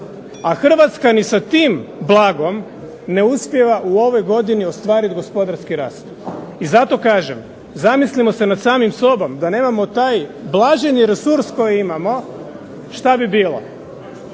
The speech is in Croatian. a Hrvatska ni sa tim blagom ne uspijeva u ovoj godini ostvarit gospodarski rast. I zato kažem, zamislimo se nad samim sobom, da nemamo taj blaženi resurs koji imamo šta bi bilo.